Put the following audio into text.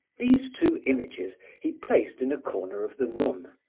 these two images he placed in a corner of the room.